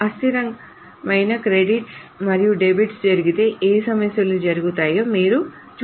అస్థిరమైన క్రెడిట్స్ మరియు డెబిట్స్ జరిగితే ఏ సమస్యలు జరుగుతాయో మీరు చూడవచ్చు